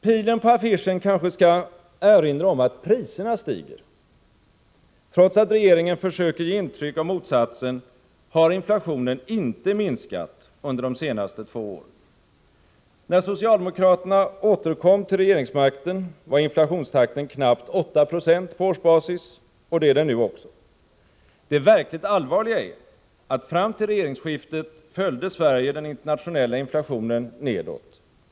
Pilen på affischen kanske skall erinra om att priserna stiger? Trots att regeringen försöker ge intryck av motsatsen, har inflationen inte minskat under de senaste två åren. När socialdemokraterna återkom till regeringsmakten var inflationstakten knappt 8 26 på årsbasis, och det är den nu också. Det verkligt allvarliga är att fram till regeringsskiftet följde Sverige den internationella inflationen nedåt.